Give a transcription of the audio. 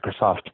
Microsoft